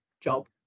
job